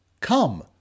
Come